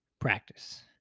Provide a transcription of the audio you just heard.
practice